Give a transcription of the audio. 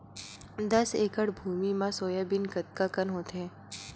दस एकड़ भुमि म सोयाबीन कतका कन होथे?